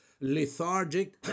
lethargic